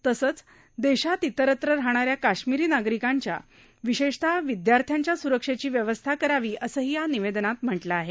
तसंच देशात इतरत्र राहणाऱ्या कश्मीरी नागरिकांच्या विशेषतः विद्यार्थ्यांच्या स्रक्षेची व्यवस्था करावी असंही या निवेदनात म्हटलं आहे